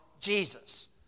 Jesus